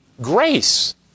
Grace